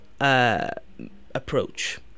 approach